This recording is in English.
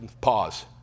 Pause